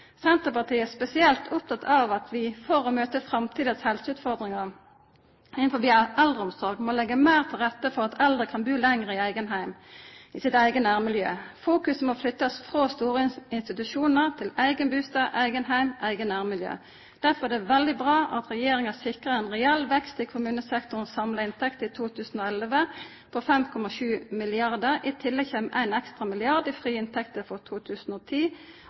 Senterpartiet er spesielt oppteke av at vi for å møte framtidas helseutfordringar innan eldreomsorga må leggja meir til rette for at eldre kan bu lenger i eigen heim, i sitt eige nærmiljø. Fokus må flyttast frå store institusjonar til eigen bustad, eigen heim og eige nærmiljø. Derfor er det veldig bra at regjeringa sikrar ein reell vekst i kommunesektorens samla inntekter i 2011 på 5,7 mrd. kr. I tillegg kjem ein ekstra milliard i frie inntekter for 2010